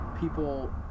people